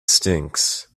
stinks